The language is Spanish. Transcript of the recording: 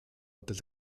antes